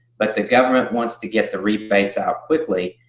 but the government wants to get the rebates out quickly.